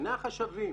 סגני החשבים,